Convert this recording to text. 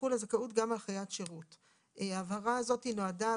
תחול הזכאות גם על חיית שירות."" ההבהרה הזאת נועדה,